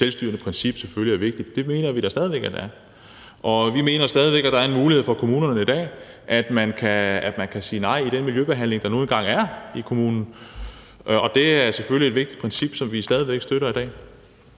selvstyrende princip selvfølgelig er vigtigt. Det mener vi da stadig væk det er. Og vi mener stadig væk, at der i dag er en mulighed for kommunerne for, at de kan sige nej i den miljøbehandling, der nu engang er i kommunen. Det er selvfølgelig et vigtigt princip, som vi stadig væk støtter. Kl.